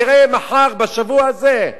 תראה מחר, בשבוע הזה,